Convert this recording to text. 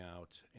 out